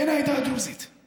תודה לחבר הכנסת עיסאווי פריג'.